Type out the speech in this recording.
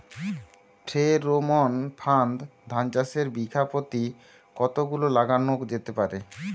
Pheromone ফাঁদ ধান চাষে বিঘা পতি কতগুলো লাগানো যেতে পারে?